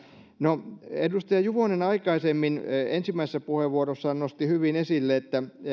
no edustaja juvonen aikaisemmin ensimmäisessä puheenvuorossaan nosti hyvin esille